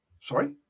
sorry